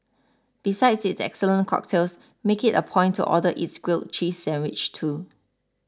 besides its excellent cocktails make it a point to order its grilled cheese sandwich too